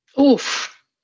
Oof